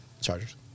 Chargers